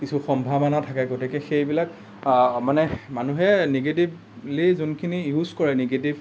কিছু সম্ভাৱনা থাকে গতিকে সেইবিলাক মানে মানুহে নিগেটিভলি যোনখিনি ইউজ কৰে নিগেটিভ